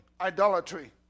idolatry